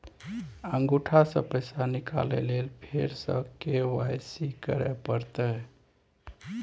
अंगूठा स पैसा निकाले लेल फेर स के.वाई.सी करै परतै?